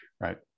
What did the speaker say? right